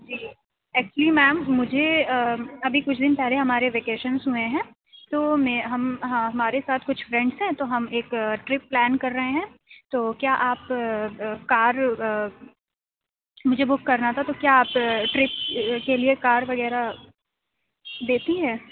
جی actually ma'am مجھے ابھی کچھ دِن پہلے ہمارے ویکیشنس ہوئے ہیں تو میں ہم ہاں ہمارے ساتھ کچھ فرینڈس ہیں تو ہم ایک ٹرپ پلان کر رہے ہیں تو کیا آپ کار مجھے بک کرنا تھا تو کیا آپ ٹرپ کے لیے کار وغیرہ دیتی ہیں